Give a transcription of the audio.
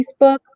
Facebook